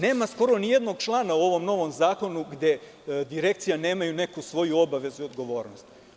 Nema skoro ni jednog člana u ovom novom zakonu gde Direkcije nemaju neku svoju obavezu i odgovornost.